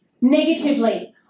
negatively